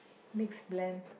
mixed blend